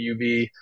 UV